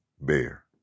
bear